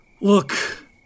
Look